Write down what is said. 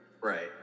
Right